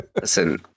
Listen